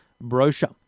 brochure